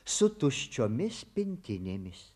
su tuščiomis pintinėmis